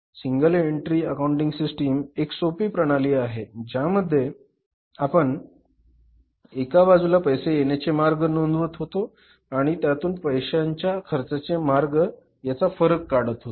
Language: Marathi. सिंगल एंट्री अकाउंटिंग सिस्टीम एक सोपी प्रणाली आहे त्याच्यामध्ये आपण एका बाजूला पैसे येण्याचे मार्ग नोंदवत होतो आणि त्यातून पैशाच्या खर्चाचे मार्ग यांचा फरक काढत होतो